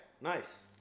Nice